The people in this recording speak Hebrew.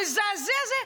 המזעזע הזה,